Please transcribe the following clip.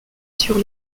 sur